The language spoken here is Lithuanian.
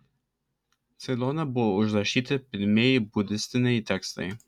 ceilone buvo užrašyti pirmieji budistiniai tekstai